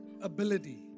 ability